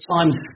times